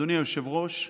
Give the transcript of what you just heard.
אדוני היושב-ראש,